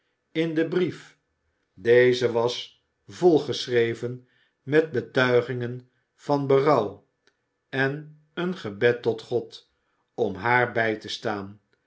in den brief deze was volgeschreven met betuigingen van berouw en een gebed tot god om haar bij te staan